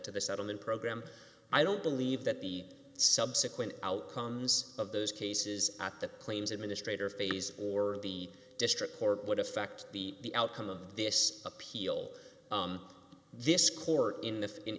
settlement program i don't believe that the subsequent outcomes of those cases at the claims administrator phase or the district court would affect the outcome of this appeal this court in the in